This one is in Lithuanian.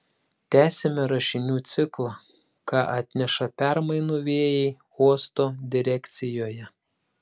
tęsiame rašinių ciklą ką atneša permainų vėjai uosto direkcijoje